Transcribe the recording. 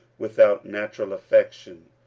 without natural affection,